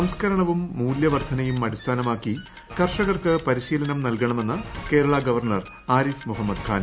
സംസ്കരണവും മൂല്യവർധനയും അടിസ്ഥാനമാക്കി കർഷകർക്ക് പരിശീലനം നൽകണമെന്ന് കേരള ഗവർണർ ആരിഫ് മുഹമ്മദ് ഖാൻ